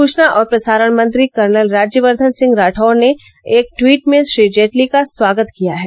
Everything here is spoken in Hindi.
सूचना और प्रसारण मंत्री कर्नल राज्यवर्द्धन सिंह राठौर ने एक ट्वीट में श्री जेटली का स्वागत किया है